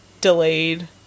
delayed